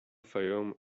fayoum